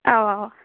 آ